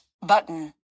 button